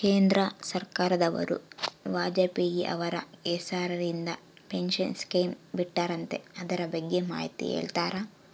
ಕೇಂದ್ರ ಸರ್ಕಾರದವರು ವಾಜಪೇಯಿ ಅವರ ಹೆಸರಿಂದ ಪೆನ್ಶನ್ ಸ್ಕೇಮ್ ಬಿಟ್ಟಾರಂತೆ ಅದರ ಬಗ್ಗೆ ಮಾಹಿತಿ ಹೇಳ್ತೇರಾ?